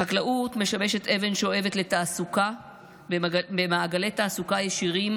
החקלאות משמשת אבן שואבת לתעסוקה במעגלי תעסוקה ישירים